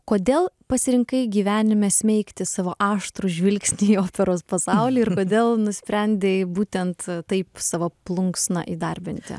kodėl pasirinkai gyvenime smeigti savo aštrų žvilgsnį į operos pasaulį ir kodėl nusprendei būtent taip savo plunksną įdarbinti